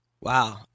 Wow